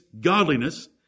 godliness